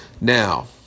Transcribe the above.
Now